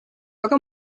aga